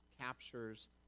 captures